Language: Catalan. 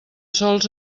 sols